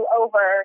over